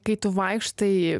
kai tu vaikštai